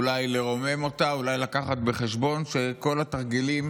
אולי לרומם אותה, אולי להביא בחשבון שכל התרגילים